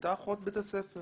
הייתה אחות בית הספר